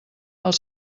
els